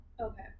Okay